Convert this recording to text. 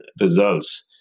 results